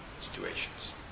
situations